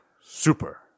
super